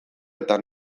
eta